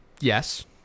yes